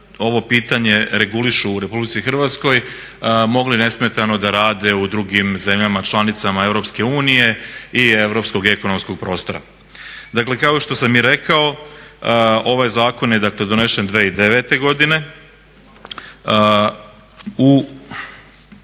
ovo pitanje regulišu u RH mogli nesmetano da rade u drugim zemljama članicama EU i europskog ekonomskog prostora. Dakle, kao što sam i rekao ovaj zakon je, dakle donesen 2009. godine u